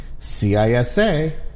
CISA